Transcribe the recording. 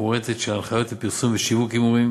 מפורטת של הנחיות לפרסום ושיווק הימורים,